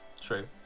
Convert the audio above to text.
True